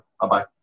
Bye-bye